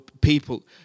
people